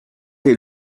des